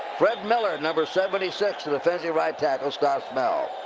fred miller, number seventy six, the defensive right tackle, stops snell.